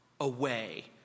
away